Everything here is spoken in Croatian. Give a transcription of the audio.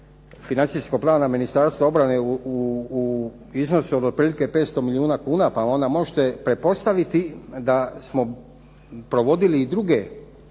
financijskog plana Ministarstva obrane u iznosu od otprilike 500 milijuna kuna, pa onda možete pretpostaviti da smo provodili i druge